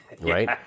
right